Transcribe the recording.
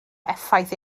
effaith